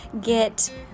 get